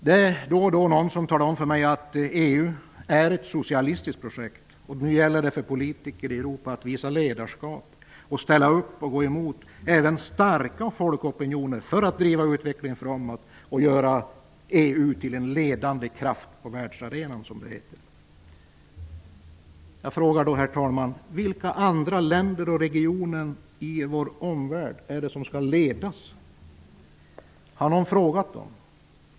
Någon brukar då och då tala om för mig att EU är ett socialistiskt projekt och att det nu gäller för politiker i Europa att visa ledarskap, ställa upp och gå emot även starka folkopinioner för att driva utvecklingen framåt och göra EU till en ledande kraft på världsarenan, som det heter. Jag frågar då, herr talman: Vilka andra länder och regioner i vår omvärld är det som skall ledas? Har någon frågat dem?